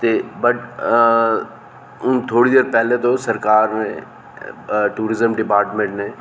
ते बट हून थोह्ड़ी देर पैह्लें सरकार ने टूरिज्म डिपार्टमेंट ने